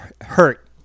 hurt